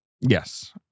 Yes